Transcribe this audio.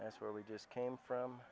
that's where we just came from